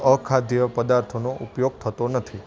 અખાદ્ય પદાર્થોનો ઉપયોગ થતો નથી